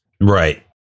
Right